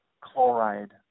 chloride